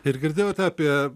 ir girdėjote apie